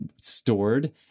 stored